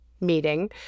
meeting